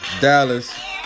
Dallas